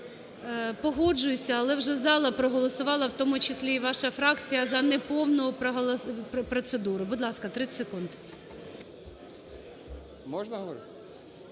Погоджуюся, але вже зала проголосувала, в тому числі і ваша фракція, за неповну процедуру. Будь ласка, 30 секунд. 17:09:41